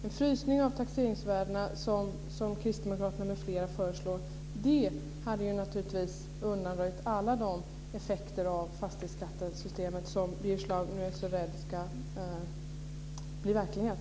En frysning av taxeringsvärdena, som Kristdemokraterna m.fl. föreslår, hade naturligtvis undanröjt alla de effekter av fastighetsskattesystemet som Birger Schlaug nu är så rädd ska bli verklighet.